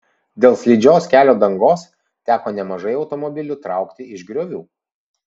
dėl slidžios kelio dangos teko nemažai automobilių traukti iš griovių